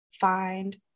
find